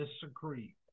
disagree